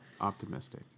optimistic